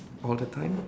all the time